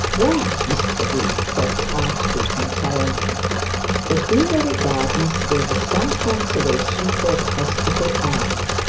well, mr dean said the archdeacon, triumphing the deanery gardens will be some consolation for the hospital elms.